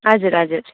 हजुर हजुर